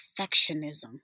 perfectionism